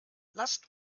lasst